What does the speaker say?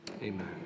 Amen